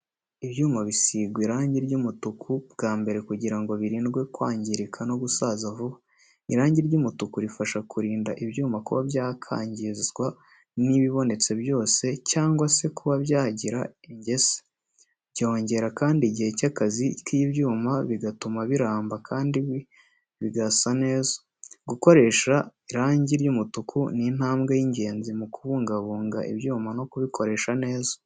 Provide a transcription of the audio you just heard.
Ibyuma bisigwa irangi ry’umutuku bwa mbere kugira ngo birindwe kwangirika no gusaza vuba. Irangi ry’umutuku rifasha kurinda ibyuma kuba byakangizwa n’ibibonetse byose cyangwa se kuba byagira ingese. Byongera kandi igihe cy’akazi k’ibyuma, bigatuma biramba kandi bigasa neza. Gukoresha irangi ry’umutuku ni intambwe y’ingenzi mu kubungabunga ibyuma no kubikoresha neza.